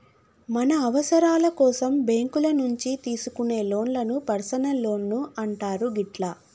మన అవసరాల కోసం బ్యేంకుల నుంచి తీసుకునే లోన్లను పర్సనల్ లోన్లు అంటారు గిట్లా